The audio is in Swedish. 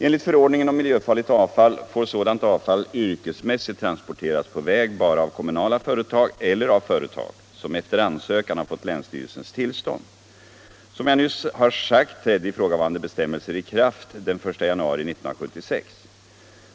Enligt förordningen om miljöfarligt avfall får sådant avfall yrkesmässigt transporteras på väg bara av kommunala företag eller av företag som efter ansökan har fått länsstyrelsens tillstånd. Som jag nyss har sagt trädde ifrågavarande bestämmelser i kraft den 1 januari 1976.